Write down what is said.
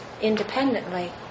independently